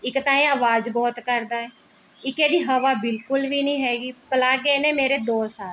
ਇੱਕ ਤਾਂ ਇਹ ਆਵਾਜ਼ ਬਹੁਤ ਕਰਦਾ ਇੱਕ ਇਹਦੀ ਹਵਾ ਬਿਲਕੁਲ ਵੀ ਨਹੀਂ ਹੈਗੀ ਪਲੱਗ ਇਹਨੇ ਮੇਰੇ ਦੋ ਸਾੜ ਦਿੱਤੇ